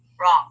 Wrong